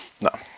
no